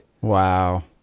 Wow